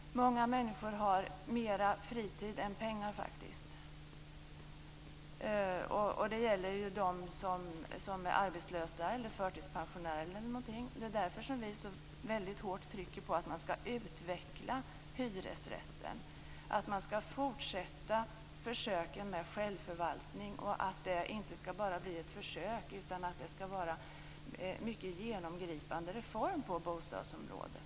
Många människor har faktiskt mer fritid än pengar. Det gäller bl.a. dem som är arbetslösa eller förtidspensionerade. Det är därför vi så hårt trycker på att man skall utveckla hyresrätten. Man skall fortsätta försöken med självförvaltning. Det skall inte bara bli ett försök, utan det skall vara en mycket genomgripande reform på bostadsområdet.